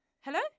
Hello